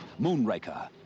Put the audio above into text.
Moonraker